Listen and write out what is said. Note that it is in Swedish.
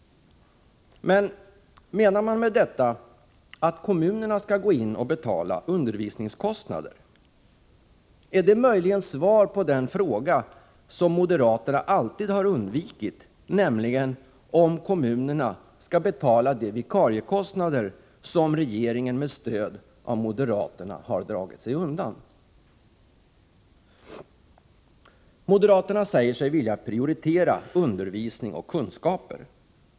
Menar man med detta att kommunerna skall gå in och betala undervisningskostnader? Är det möjligen svar på den fråga som moderaterna alltid har undvikit, nämligen om kommunerna skall betala de vikariekostnader som regeringen med stöd av moderaterna har dragit sig undan? Moderaterna säger sig vilja prioritera undervisning och kunskaper.